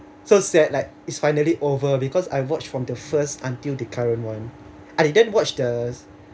so sad like is finally over because I watched from the first until the current one I didn't watch the